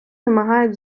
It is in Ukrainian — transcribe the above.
вимагають